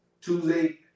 Tuesday